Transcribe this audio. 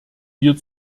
wir